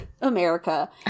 America